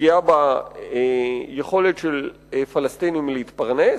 פגיעה ביכולת של פלסטינים להתפרנס,